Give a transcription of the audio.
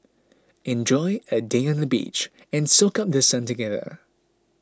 enjoy a day on the beach and soak up The Sun together